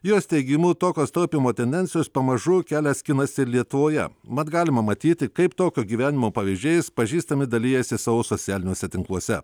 jos teigimu tokios taupymo tendencijos pamažu kelią skinasi lietuvoje mat galima matyti kaip tokio gyvenimo pavyzdžiais pažįstami dalijasi savo socialiniuose tinkluose